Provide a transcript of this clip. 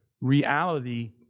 Reality